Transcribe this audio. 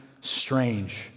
Strange